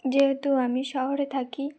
যেহেতু আমি শহরে থাকি